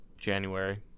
January